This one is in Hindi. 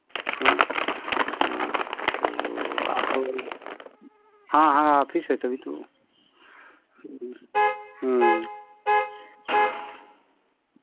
हाँ तो आपको हाँ हाँ आफिस है तभी तो हाँ